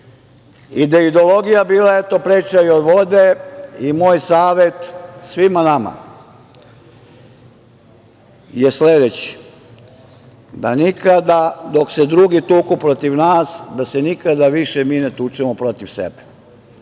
i gde je ideologija, eto, bila preča i od vode. Moj savet svima nama je sledeći – da nikada dok se drugi tuku protiv nas, da se nikada više mi ne tučemo protiv sebe